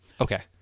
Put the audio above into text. Okay